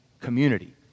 community